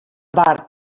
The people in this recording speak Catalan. barb